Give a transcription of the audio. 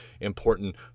important